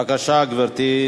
בבקשה, גברתי.